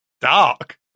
dark